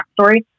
backstory